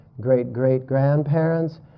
great-great-grandparents